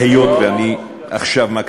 אומר זחאלקה: אני מוכן להצעה של הממשלה.